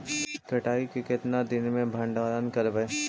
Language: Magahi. कटाई के कितना दिन मे भंडारन करबय?